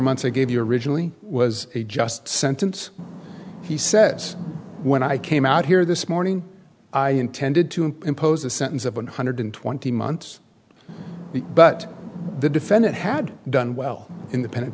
months i gave you originally was a just sentence he said when i came out here this morning i intended to impose a sentence of one hundred twenty months but the defendant had done well in